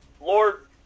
Lord